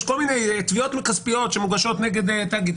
יש כל מיני תביעות כספיות שמוגשות נגד תאגיד.